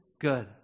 good